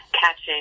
catching